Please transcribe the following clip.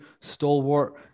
stalwart